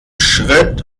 schritt